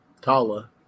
Tala